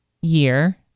year